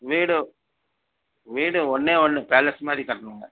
வீடு வீடு ஒன்றே ஒன்று பேலஸ் மாதிரி கட்டனும்ங்க